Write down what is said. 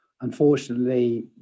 unfortunately